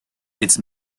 its